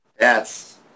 Yes